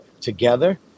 together